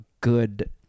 good